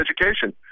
education